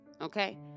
okay